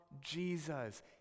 jesus